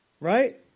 Right